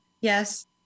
Yes